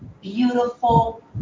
beautiful